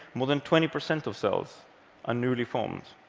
more than twenty percent of cells are newly formed.